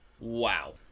Wow